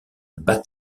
bat